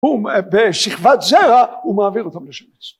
... בשכבת זרע הוא מעביר אותם לשרץ